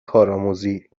کارآموزی